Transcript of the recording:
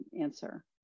answer